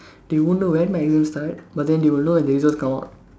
they won't know when my exam start but then they will know they just come out